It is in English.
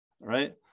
right